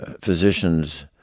physicians